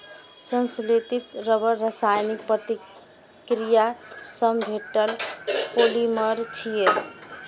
संश्लेषित रबड़ रासायनिक प्रतिक्रिया सं भेटल पॉलिमर छियै